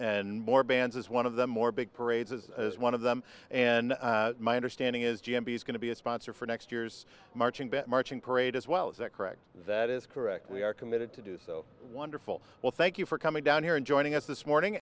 more bands as one of the more big parades is as one of them and my understanding is g m b is going to be a sponsor for next year's marching band marching parade as well is that correct that is correct we are committed to do so wonderful well thank you for coming down here and joining us this morning